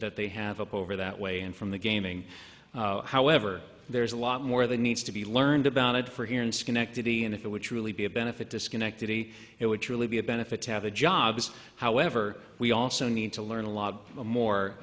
that they have up over that way and from the gaming however there is a lot more than needs to be learned about it for here in schenectady and if it would truly be a benefit to schenectady it would truly be a benefit to have a jobs however we also need to learn a lot more